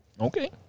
Okay